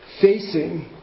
facing